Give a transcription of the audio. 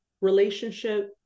relationship